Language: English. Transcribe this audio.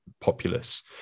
populace